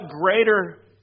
greater